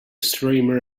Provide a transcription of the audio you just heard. streamer